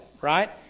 right